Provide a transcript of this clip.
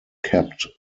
kept